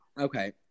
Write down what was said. Okay